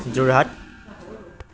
Jorhat